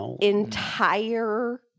entire